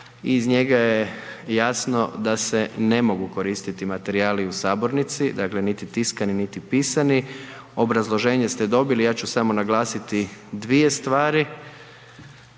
Iz njega je jasno da se ne mogu koristiti materijali u sabornici, dakle niti tiskani niti pisani. Obrazloženje ste dobili, ja ću samo naglasiti dvije stvari.